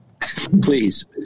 please